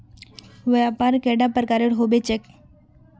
व्यापार कैडा प्रकारेर होबे चेक?